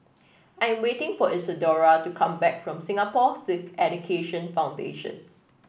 I am waiting for Isadora to come back from Singapore Sikh Education Foundation